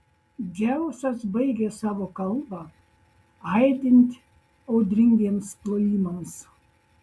dzeusas baigė savo kalbą aidint audringiems plojimams